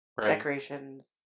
decorations